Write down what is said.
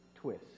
twist